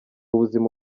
buzima